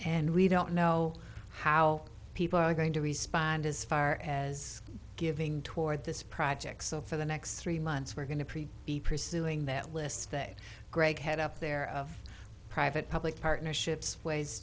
and we don't know how people are going to respond as far as giving toward this project so for the next three months we're going to pre be pursuing that list a great head up there of private public partnerships ways